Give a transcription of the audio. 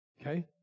Okay